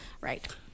Right